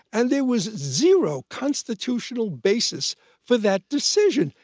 and there was zero constitutional basis for that decision.